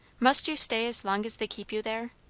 must you stay as long as they keep you there?